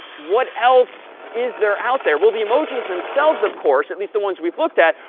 what else is there out there? well, the emojis themselves, of course, at least the ones we've looked at,